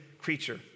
creature